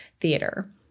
theater